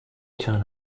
turn